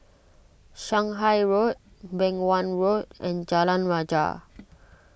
Shanghai Road Beng Wan Road and Jalan Rajah